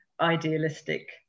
idealistic